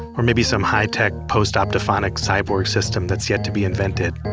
or maybe some high tech, post optophonic cyborg system that's yet to be invented,